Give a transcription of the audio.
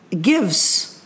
gives